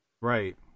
Right